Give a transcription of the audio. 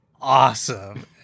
awesome